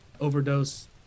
overdose